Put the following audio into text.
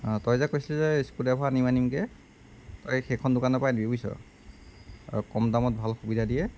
তই যে কৈছিলি যে স্ক্ৰুড্ৰাইভাৰ আনিম আনিমকৈ তই সেইখন দোকানৰপৰাই আনিবি বুজিছ আৰু কম দামত ভাল সুবিধা দিয়ে